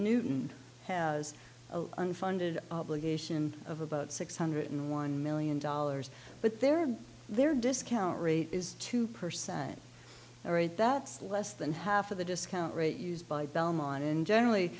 newton has a unfunded obligation of about six hundred in one million dollars but they're there discount rate is two percent a rate that's less than half of the discount rate used by belmont and generally